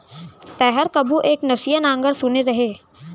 तैंहर कभू एक नसिया नांगर सुने रहें?